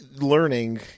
learning